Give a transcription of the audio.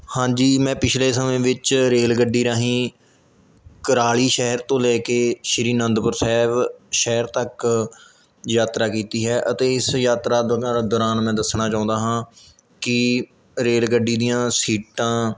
ਹਾਂਜੀ ਮੈਂ ਪਿਛਲੇ ਸਮੇਂ ਵਿੱਚ ਰੇਲ ਗੱਡੀ ਰਾਹੀਂ ਕੁਰਾਲੀ ਸ਼ਹਿਰ ਤੋਂ ਲੈ ਕੇ ਸ਼੍ਰੀ ਆਨੰਦਪੁਰ ਸਾਹਿਬ ਸ਼ਹਿਰ ਤੱਕ ਯਾਤਰਾ ਕੀਤੀ ਹੈ ਅਤੇ ਇਸ ਯਾਤਰਾ ਦੌਰਾਨ ਮੈਂ ਦੱਸਣਾ ਚਾਹੁੰਦਾ ਹਾਂ ਕਿ ਰੇਲ ਗੱਡੀ ਦੀਆਂ ਸੀਟਾਂ